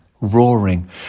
roaring